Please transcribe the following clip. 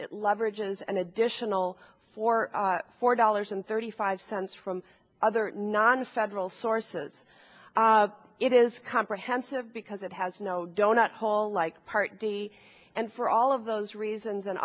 leverage is an additional four four dollars and thirty five cents from other nonfederal sources it is comprehensive because it has no donut hole like part d and for all of those reasons and